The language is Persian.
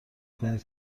کنید